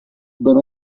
ben